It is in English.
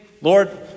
Lord